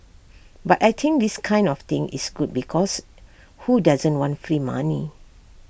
but I think this kind of thing is good because who doesn't want free money